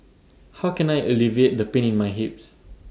how can I alleviate the pain in my hips